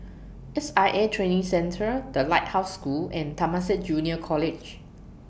S I A Training Centre The Lighthouse School and Temasek Junior College